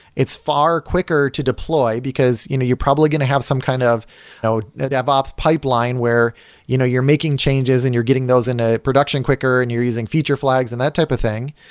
it's far quicker to deploy, because you know you're probably going to have some kind of a yeah dev ops pipeline where you know you're making changes and you're getting those in a production quicker and you're using future flags and that type of thing,